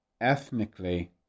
Ethnically